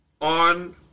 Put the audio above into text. on